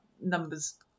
numbers